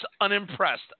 unimpressed